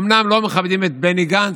אומנם לא מכבדים את בני גנץ,